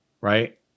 right